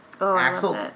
Axel